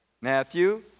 Matthew